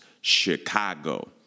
Chicago